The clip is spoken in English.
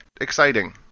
exciting